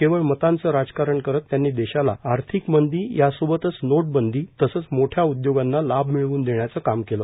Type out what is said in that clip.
केवळ मतांचं राजकारण करत त्यांनी देशाला आर्थिक मंदी यासोबतच नोटबंदी तसंच मोठ्या उद्योगांना लाभ मिळवून देण्याचं काम केलं